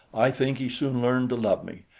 i think he soon learned to love me,